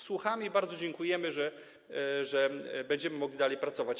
Słuchamy i bardzo dziękujemy, że będziemy mogli dalej pracować.